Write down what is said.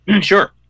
Sure